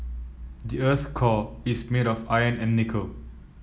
the earth's core is made of iron and nickel